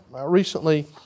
recently